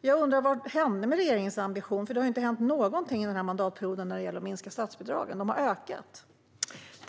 Jag undrar vad som hände med regeringens ambition. Det har ju inte hänt någonting under den här mandatperioden när det gäller att minska statsbidragen. De har ökat.